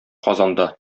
казанда